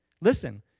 listen